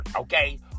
okay